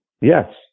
Yes